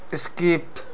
skipped